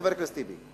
חבר הכנסת טיבי.